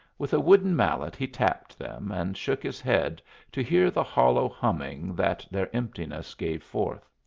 with a wooden mallet he tapped them, and shook his head to hear the hollow humming that their emptiness gave forth.